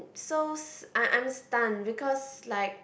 so s~ I'm I'm stunned because like